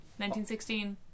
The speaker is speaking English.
1916